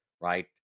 right